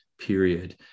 period